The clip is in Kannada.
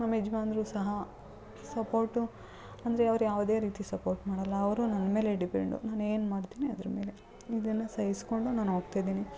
ನಮ್ಮ ಯಜಮಾನ್ರು ಸಹ ಸಪೋರ್ಟು ಅಂದರೆ ಅವ್ರು ಯಾವುದೇ ರೀತಿ ಸಪೋರ್ಟ್ ಮಾಡಲ್ಲ ಅವರೋ ನನ್ನ ಮೇಲೆ ಡಿಪೆಂಡು ನಾನು ಏನು ಮಾಡ್ತೀನಿ ಅದರ ಮೇಲೆ ಇದನ್ನು ಸಹಿಸ್ಕೊಂಡು ನಾನು ಹೋಗ್ತಿದೀನಿ